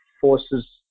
forces